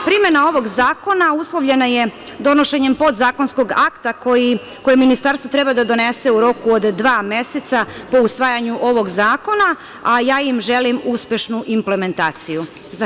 Primena ovog zakona uslovljena je donošenjem podzakonskog akta koje ministarstvo treba da donese u roku od dva meseca po usvajanju ovog zakona, a ja im želim uspešnu implementaciju.